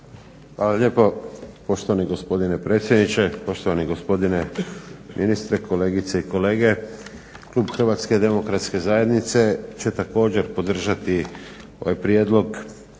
Hvala lijepo poštovani gospodine predsjedniče. Poštovani gospodine ministre, kolegice i kolege. Klub HDZ-a će također podržati ovaj Prijedlog